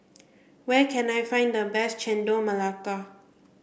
where can I find the best Chendol Melaka